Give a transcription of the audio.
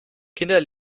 kinder